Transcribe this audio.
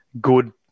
good